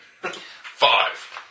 Five